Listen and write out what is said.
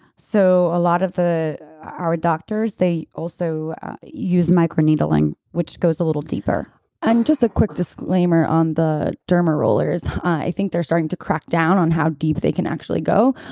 so a lot of our doctors, they also use micro needling which goes a little deeper and just a quick disclaimer on the derma rollers, i think they're starting to crack down on how deep they can actually go.